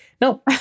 No